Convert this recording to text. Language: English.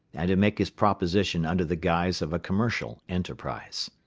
and to make his proposition under the guise of a commercial enterprise.